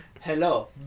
hello